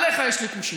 אליך יש לי קושיה: